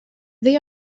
they